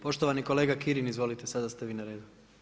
Poštovani kolega Kirin, izvolite, sada ste vi na redu.